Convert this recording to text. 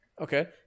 Okay